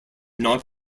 not